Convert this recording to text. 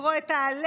לקרוא את ההלל,